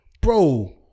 Bro